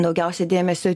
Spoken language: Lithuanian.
daugiausia dėmesio